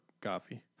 coffee